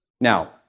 Now